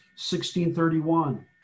16.31